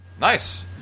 Nice